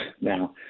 now